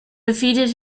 defeated